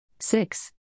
six